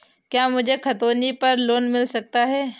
क्या मुझे खतौनी पर लोन मिल सकता है?